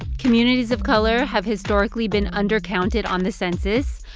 communities of color have historically been undercounted on the census.